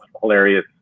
hilarious